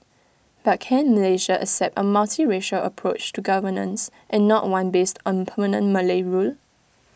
but can Malaysia accept A multiracial approach to governance and not one based on permanent Malay rule